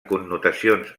connotacions